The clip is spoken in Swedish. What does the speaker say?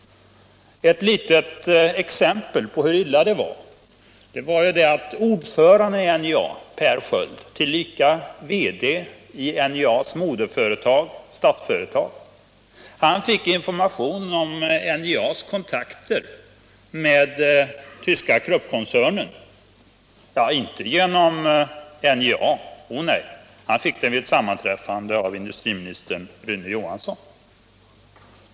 Ett litet exempel på hur illa det förhöll sig är att ordföranden i NJA Per Sköld, tillika VD i NJA:s moderföretag Statsföretag, fick information om NJA:s kontakter med den tyska Kruppkoncernen, inte genom NJA, utan vid ett sammanträffande med industriministern Rune Johansson.